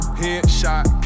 headshot